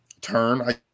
turn